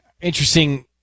Interesting